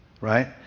right